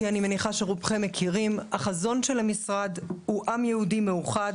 כי אני מניחה שרובכם מכירים החזון של המשרד הוא: עם יהודי מאוחד,